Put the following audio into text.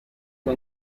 iha